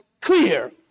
clear